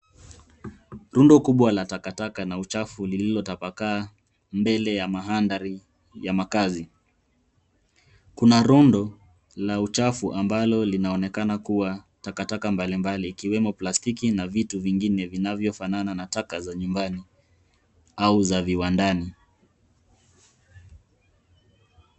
Rundo kubwa la takataka na uchafu ,lililotapakaa mbele ya mandhari ya makazi. Kuna rundo la uchafu ambalo linaonekana kua takataka mbali mbali, ikiwemo plastiki na vitu vingine, vinavyofanana na taka za nyumbani au za viwandani.